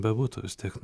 bebūtų vis tiek